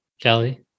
kelly